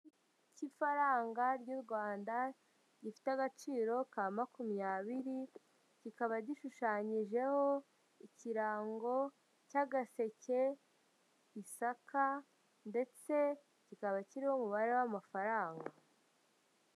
Cy' ifaranga ry'u Rwanda gifite agaciro ka makumyabiri, kikaba gishushanyijeho ikirango cy'agasheke, ishaka ndetse kikaba kiriho umubare w'amafaranga.